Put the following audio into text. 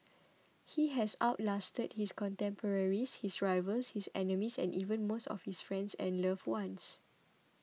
he has out lasted his contemporaries his rivals his enemies and even most of his friends and loved ones